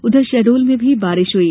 उधर शहडोल में भी बारिश हुई